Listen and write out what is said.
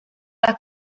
las